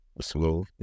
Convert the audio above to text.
Slow